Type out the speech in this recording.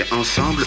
ensemble